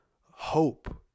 hope